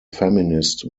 feminist